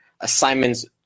assignments